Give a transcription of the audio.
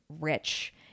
rich